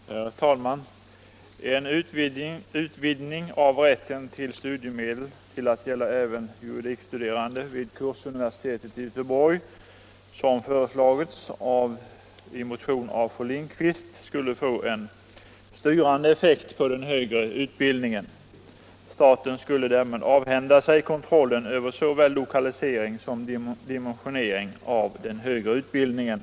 Nr 24 Herr talman! En utvidgning av rätten till studiemedel till att gälla Onsdagen den även juridikstuderande vid Kursverksamheten i Göteborg, som föresla 19 november 1975 gits i en motion av fru Lindquist, skulle få en styrande effekt på den högre utbildningen. Staten skulle därmed avhända sig kontrollen över = Studiemedel till såväl lokalisering som dimensionering av den högre utbildningen.